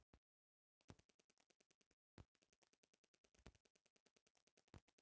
समुंद्री जगह पर मिले वाला मछली के भी ढेर लेखा के होले